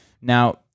Now